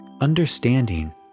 Understanding